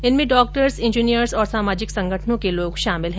इनमें doctors engineers और सामाजिक संगठनों के लोग शामिल है